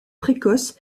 précoce